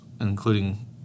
including